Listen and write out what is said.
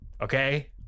Okay